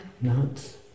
Nuts